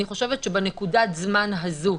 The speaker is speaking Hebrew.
אני חושבת שבנקודת הזמן הזאת,